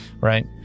right